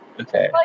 okay